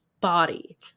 body